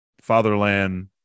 fatherland